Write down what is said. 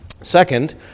Second